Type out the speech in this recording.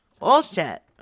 Bullshit